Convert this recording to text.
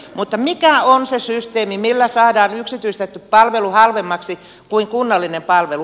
mutta mikä on se systeemi millä saadaan yksityistetty palvelu halvemmaksi kuin kunnallinen palvelu